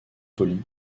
poli